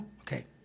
okay